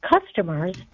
customers